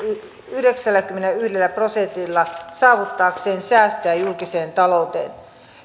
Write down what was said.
yhdeksälläkymmenelläyhdellä prosentilla saavuttaakseen säästöjä julkiseen talouteen